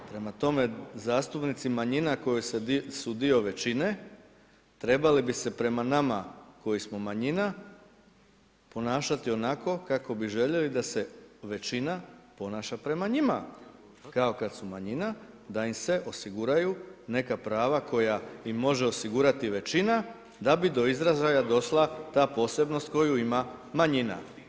Prema tome, zastupnici manjina koji su dio većine trebali bi se prema nama koji smo manjina ponašati onako kako bi željeli da se većina ponaša prema njima kao kad su manjina da im se osiguraju neka prava koja im može osigurati većina da bi do izražaja došla ta posebnost koju ima manjina.